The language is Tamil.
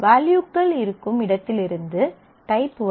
வேல்யூகள் இருக்கும் இடத்திலிருந்து டைப் வரும்